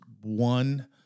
one